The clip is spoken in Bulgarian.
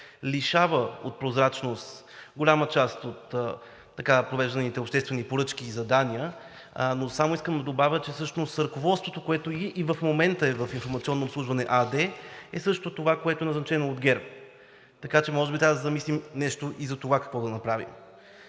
лишава от прозрачност голяма част от така провежданите обществени поръчки и задания. Искам да добавя, че всъщност ръководството, което и в момента е в „Информационно обслужване“ АД, е същото това, което е назначено от ГЕРБ. Така че можем да се замислим и за това какво да направим.